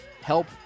Help